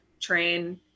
train